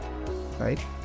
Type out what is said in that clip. right